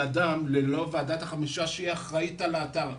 אדם ללא ועדת החמישה שהיא האחראית על האתר.